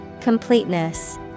Completeness